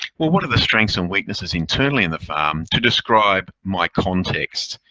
well, what are the strengths and weaknesses internally in the farm to describe my context?